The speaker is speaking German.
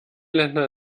länder